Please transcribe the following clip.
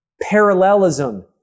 parallelism